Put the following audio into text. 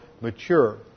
mature